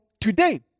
today